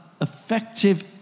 effective